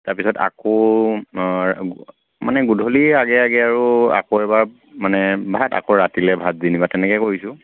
তাৰ পিছত আকৌ মানে গধূলি আগে আগে আৰু আকৌ এবাৰ মানে ভাত আকৌ ৰাতিলৈ ভাত যেনিবা তেনেকৈ কৰিছোঁ